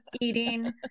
eating